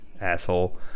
Asshole